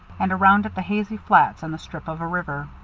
and around at the hazy flats and the strip of a river.